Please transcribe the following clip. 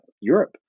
europe